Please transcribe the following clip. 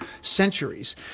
centuries